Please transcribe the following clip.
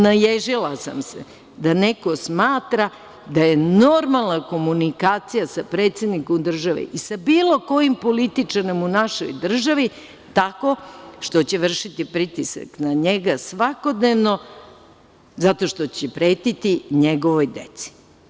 Naježila sam se, da neko smatra da je normalna komunikacija sa predsednikom države i sa bilo kojim političarem u našoj državi tako što će vršiti pritisak na njega svakodnevno, zato što će pretiti njegovoj deci.